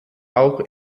auch